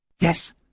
Yes